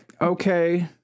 Okay